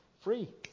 Free